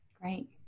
Great